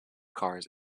cars